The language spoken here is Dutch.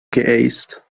geëist